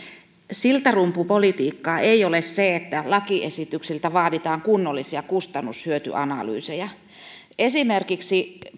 siltarumpupolitiikkaa ei ole se että lakiesityksiltä vaaditaan kunnollisia kustannus hyöty analyyseja esimerkiksi